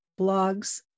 blogs